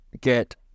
get